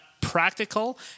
practical